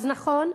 אז נכון,